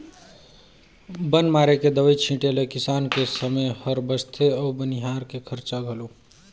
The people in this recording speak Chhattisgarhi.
बन मारे के दवई छीटें ले किसान के समे हर बचथे अउ बनिहार के खरचा घलो